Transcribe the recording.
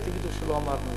אל תגידו שלא אמרנו.